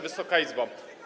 Wysoka Izbo!